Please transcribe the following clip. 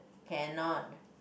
cannot